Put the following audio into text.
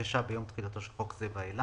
שנרכשה ביום תחילתו של חוק זה ואילך.